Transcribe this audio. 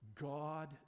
God